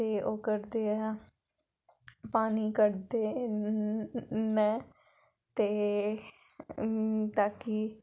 ते ओह् करदे ऐ पानी कड्ढदे में ते ताकि